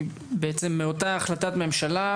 כי מאותה החלטת ממשלה,